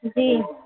جی